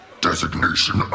Designation